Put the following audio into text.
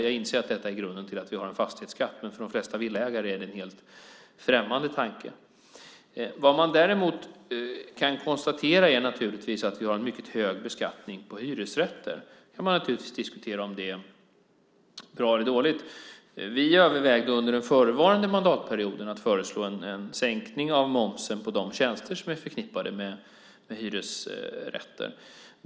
Jag inser att detta är grunden till att vi har en fastighetsskatt. Men för de flesta villaägare är det en helt främmande tanke. Vad man däremot kan konstatera är att vi har en mycket hög beskattning på hyresrätter. Man kan diskutera om det är bra eller dåligt. Vi övervägde under den föregående mandatperioden att föreslå en sänkning av momsen på de tjänster som är förknippade med hyresrätten.